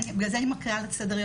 לכן אני מקריאה את סדר-היום,